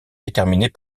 déterminées